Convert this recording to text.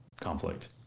conflict